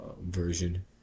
version